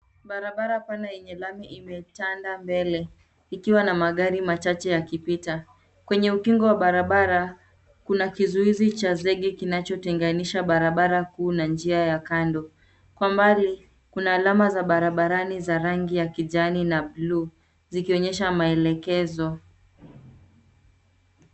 Barabara pana yenye lami imetanda mbele ikiwa ina magari machache yakipita. Kwenye ukingo wa barabara kuna kizuizi cha zege kinachotenganisha barabara kuu na njia ya kando. Kwa mbali kuna alama za barabarani za rangi ya kijani na buluu zikionyesha maelekezo.